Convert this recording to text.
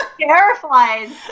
terrified